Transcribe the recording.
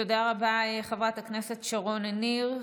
תודה רבה, חברת הכנסת שרון ניר.